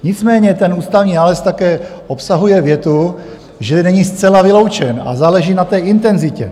Nicméně ten ústavní nález také obsahuje větu, že není zcela vyloučeno, a záleží na intenzitě.